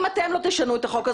אם אתם לא תשנו את החוק,